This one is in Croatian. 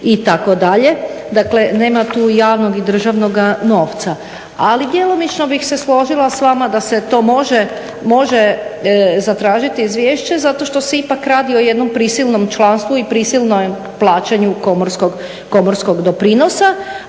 itd. Dakle, nema tu javnog i državnoga novca. Ali, djelomično bih se složila s vama da se to može zatražiti izvješće zato što se ipak radi o jednom prisilnom članstvu i prisilnom plaćanju komorskog doprinosa.